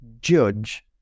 judge